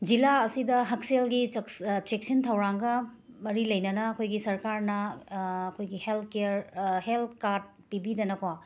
ꯖꯤꯂꯥ ꯑꯁꯤꯗ ꯍꯛꯁꯦꯜꯒꯤ ꯆꯛꯁ ꯆꯦꯛꯁꯤꯟ ꯊꯧꯔꯥꯡꯒ ꯃꯔꯤ ꯂꯩꯅꯅ ꯑꯩꯈꯣꯏꯒꯤ ꯁꯔꯀꯥꯔꯅ ꯑꯩꯈꯣꯏꯒꯤ ꯍꯦꯜ ꯀꯦꯌꯔ ꯍꯦꯜ ꯀꯥꯔꯠ ꯄꯤꯕꯤꯗꯅꯀꯣ